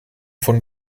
von